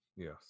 Yes